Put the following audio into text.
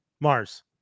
Mars